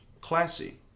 classy